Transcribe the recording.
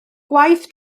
gwaith